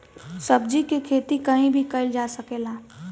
सब्जी के खेती कहीं भी कईल जा सकेला